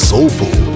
Soulful